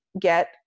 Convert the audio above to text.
get